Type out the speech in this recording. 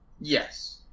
Yes